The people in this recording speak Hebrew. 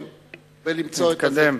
זה מתקדם.